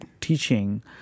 teaching